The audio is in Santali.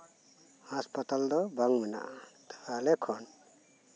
ᱦᱟᱸᱥᱯᱟᱛᱟᱞ ᱫᱚ ᱵᱟᱝ ᱢᱮᱱᱟᱜᱼᱟ ᱛᱚ ᱟᱞᱮ ᱠᱷᱚᱱ